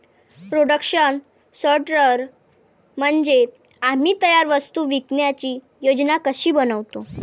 production सॉर्टर म्हणजे आम्ही तयार वस्तू विकण्याची योजना कशी बनवतो